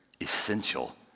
essential